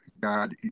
God